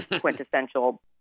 quintessential